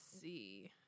see